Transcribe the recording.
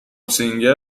سینگر